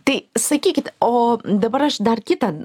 tai sakykit o dabar aš dar kitą